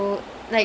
mm